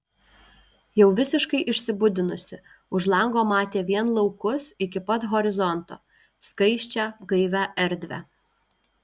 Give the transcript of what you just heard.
jau visiškai išsibudinusi už lango matė vien laukus iki pat horizonto skaisčią gaivią erdvę